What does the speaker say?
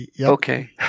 Okay